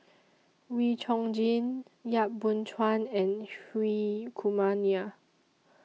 Wee Chong Jin Yap Boon Chuan and Hri Kumar Nair